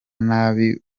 nabi